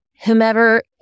whomever